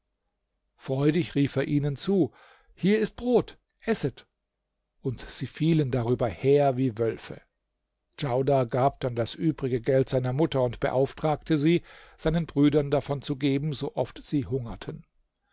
freudig rief er ihnen zu hier ist brot esset und sie fielen darüber her wie wölfe djaudar gab dann das übrige geld seiner mutter und beauftragte sie seinen brüdern davon zu geben so oft sie hungerten